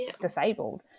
disabled